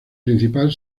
principal